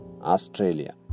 Australia